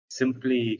simply